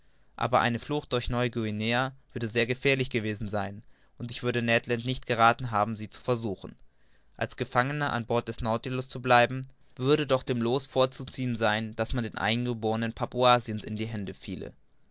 aber eine flucht durch neu-guinea würde sehr gefährlich gewesen sein und ich würde ned land nicht gerathen haben sie zu versuchen als gefangener an bord des nautilus zu bleiben würde doch dem loos vorzuziehen sein daß man den eingeborenen papuasiens in die hände fiele